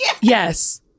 yes